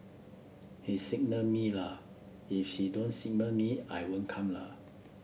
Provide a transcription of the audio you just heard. he signal me la if he don't signal me I won't come la